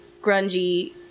grungy